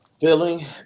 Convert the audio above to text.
feeling